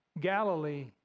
Galilee